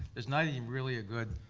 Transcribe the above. there's not even really a good,